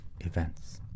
events